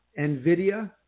NVIDIA